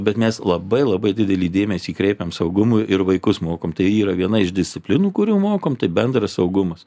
bet mes labai labai didelį dėmesį kreipiam saugumui ir vaikus mokom tai yra viena iš disciplinų kurių mokom tai bendras saugumas